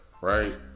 right